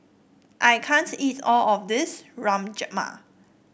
I can't eat all of this Rajma